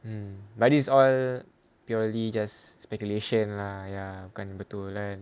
mm but this is all purely just speculation lah ya bukan betul kan